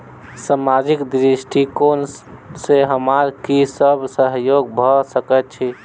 सामाजिक दृष्टिकोण सँ हमरा की सब सहयोग भऽ सकैत अछि?